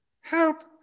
Help